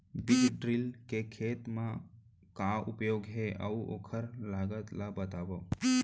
बीज ड्रिल के खेत मा का उपयोग हे, अऊ ओखर लागत ला बतावव?